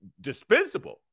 dispensable